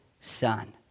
son